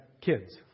kids